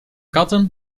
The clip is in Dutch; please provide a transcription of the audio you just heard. katten